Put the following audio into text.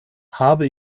habe